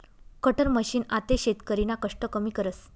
cutter machine आते शेतकरीना कष्ट कमी करस